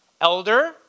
elder